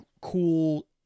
cool